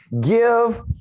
give